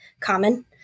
common